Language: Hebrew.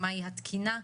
מהי התקינה,